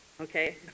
Okay